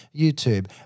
YouTube